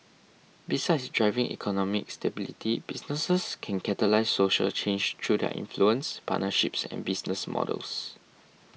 besides driving economic stability businesses can catalyse social change through their influence partnerships and business models